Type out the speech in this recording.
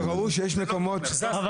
זה לא תומר.